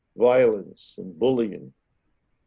violence and bullying.